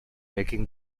making